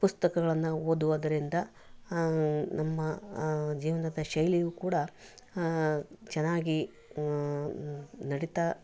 ಪುಸ್ತಕಗಳನ್ನು ಓದುವುದ್ರಿಂದ ನಮ್ಮ ಜೀವನದ ಶೈಲಿಯೂ ಕೂಡ ಚೆನ್ನಾಗಿ ನಡಿತಾ